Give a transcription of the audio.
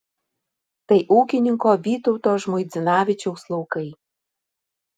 tai ūkininko vytauto žmuidzinavičiaus laukai